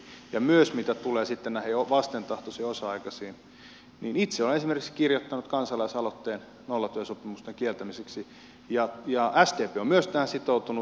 ja mitä tulee myös sitten näihin vastentahtoisiin osa aikaisiin niin itse olen esimerkiksi allekirjoittanut kansalaisaloitteen nollatyösopimusten kieltämiseksi ja sdp on myös tähän sitoutunut